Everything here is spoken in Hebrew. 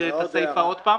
לקרוא את הסיפה עוד פעם?